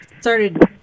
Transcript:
started